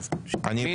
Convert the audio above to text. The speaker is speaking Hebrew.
תודה.